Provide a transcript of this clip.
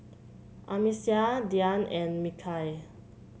Amsyar Dian and Mikhail